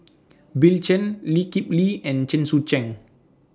Bill Chen Lee Kip Lee and Chen Sucheng